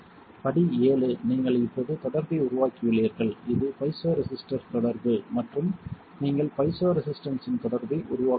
படி 7 நீங்கள் இப்போது தொடர்பை உருவாக்கியுள்ளீர்கள் இது பைசோ ரெசிஸ்டர்ன் தொடர்பு மற்றும் நீங்கள் பைசோ ரெசிஸ்டன்ஸ்ஸின் தொடர்பை உருவாக்குகிறீர்கள்